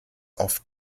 auf